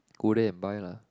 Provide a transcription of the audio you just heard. go there and buy lah